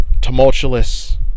tumultuous